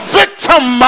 victim